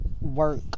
work